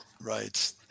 Right